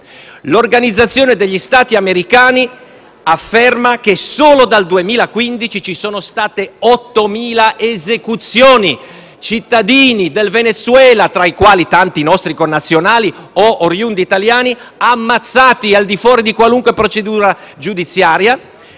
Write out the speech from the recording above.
L'Organizzazione degli Stati americani afferma che solo dal 2015 ci sono state 8.000 esecuzioni di cittadini del Venezuela, tra i quali tanti nostri connazionali o oriundi italiani, ammazzati al di fuori di qualunque procedura giudiziaria;